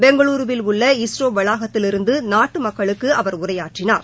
பெங்களூருவில் உள்ள இஸ்ரோ வளாகத்திலிருந்து நாட்டு மக்களுக்கு அவர் உரையாற்றினார்